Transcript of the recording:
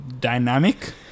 dynamic